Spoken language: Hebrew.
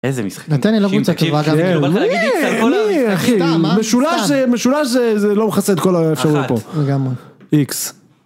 איזה משחק. נתן לי לרוץ עכשיו רגע. יאווי, יאווי, אחי, משולש, משולש, זה לא מכסה את כל האפשרויות פה. אחת. לגמרי. איקס.